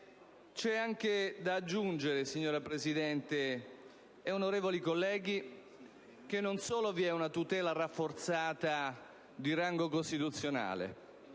C'è anche da aggiungere, signora Presidente, onorevoli colleghi, che non solo vi è una tutela rafforzata di rango costituzionale,